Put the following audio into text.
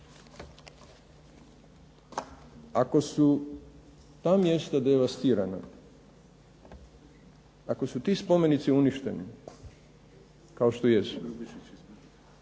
Ako su ta mjesta devastirana, ako su ti spomenici uništeni kao što jesu,